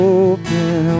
open